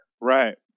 Right